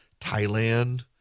Thailand